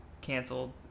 canceled